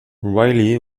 riley